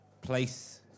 place